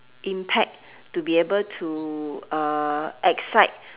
impact to be able to uh excite